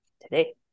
today